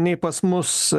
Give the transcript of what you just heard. nei pas mus